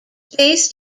based